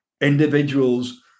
individuals